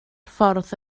ffordd